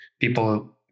People